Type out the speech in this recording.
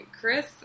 Chris